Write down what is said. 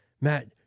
Matt